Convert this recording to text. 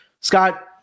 Scott